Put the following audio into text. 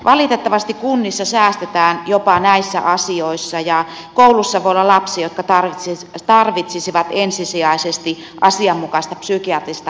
valitettavasti kunnissa säästetään jopa näissä asioissa ja koulussa voi olla lapsia jotka tarvitsisivat ensisijaisesti asianmukaista psykiatrista hoitoa